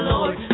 Lord